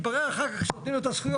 מתברר לו אחר כך ששוללים לו את הזכויות,